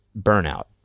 burnout